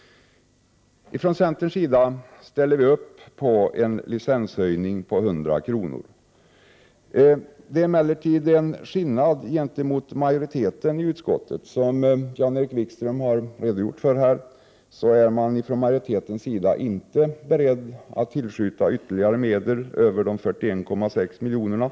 Vi från centern ställer upp på en licenshöjning på 100 kr. Emellertid finns det en skillnad gentemot majoriteten i utskottet, som Jan-Erik Wikström har redogjort för. Från majoritetens sida är man inte beredd att tillskjuta ytterligare medel utöver 41,6 milj.kr.